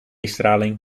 straling